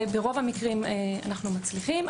וברוב המקרים אנו מצליחים,